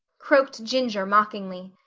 croaked ginger mockingly.